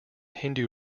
hindu